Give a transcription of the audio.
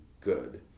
good